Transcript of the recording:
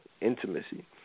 intimacy